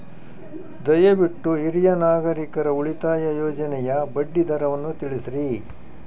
ದಯವಿಟ್ಟು ಹಿರಿಯ ನಾಗರಿಕರ ಉಳಿತಾಯ ಯೋಜನೆಯ ಬಡ್ಡಿ ದರವನ್ನು ತಿಳಿಸ್ರಿ